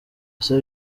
ese